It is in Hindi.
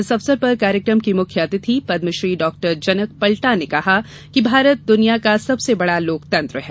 इस अवसर पर कार्यक्रम की मुख्य अतिथि पद्मश्री डॉ जनक पलटा ने कहा कि भारत दुनिया का सबसे बड़ा लोकतंत्र है